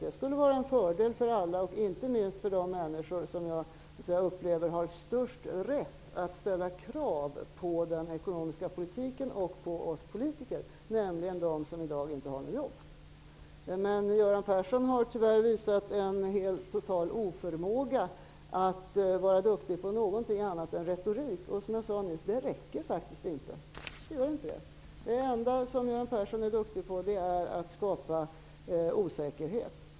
Det skulle vara en fördel för alla, inte minst för de människor som jag upplever har störst rätt att ställa krav på den ekonomiska politiken och på oss politiker, nämligen de som i dag inte har något jobb. Göran Persson har emellertid visat en total oförmåga att vara duktig på någonting annat än retorik, och som jag sade nyss räcker det faktiskt inte. Det gör inte det. Det enda som Göran Persson är duktig på är att skapa osäkerhet.